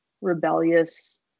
rebellious